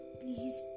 please